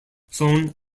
son